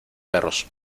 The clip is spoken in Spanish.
perros